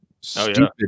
stupid